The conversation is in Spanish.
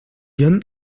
john